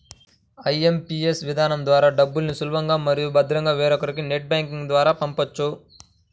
IMPS విధానం ద్వారా డబ్బుల్ని సులభంగా మరియు భద్రంగా వేరొకరికి నెట్ బ్యాంకింగ్ ద్వారా పంపొచ్చు